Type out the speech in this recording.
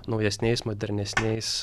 naujesniais modernesniais